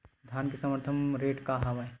धान के समर्थन रेट का हवाय?